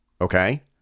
okay